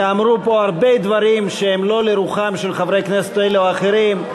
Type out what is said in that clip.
ייאמרו פה הרבה דברים שהם לא לרוחם של חברי כנסת אלה או אחרים.